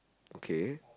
okay